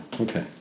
Okay